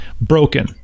broken